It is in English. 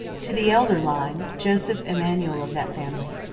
to the elder lyne, joseph emanuel of that family,